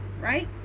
right